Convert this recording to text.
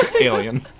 Alien